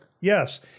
Yes